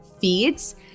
feeds